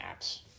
apps